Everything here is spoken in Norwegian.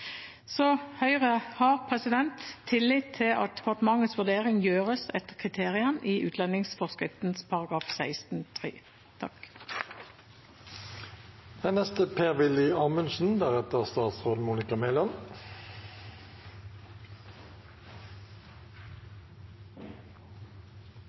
Så Høyre har tillit til at departementets vurdering gjøres etter kriteriene i utlendingsforskriften § 16-3. Det er